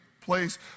place